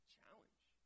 Challenge